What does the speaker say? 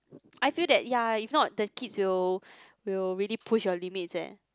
I feel that ya if not the kids will will really push your limits eh